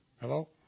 Hello